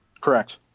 Correct